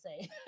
say